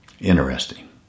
Interesting